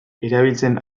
erabiltzen